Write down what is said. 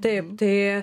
taip tai